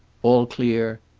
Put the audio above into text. all clear,